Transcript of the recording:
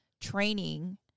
training